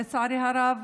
לצערי הרב,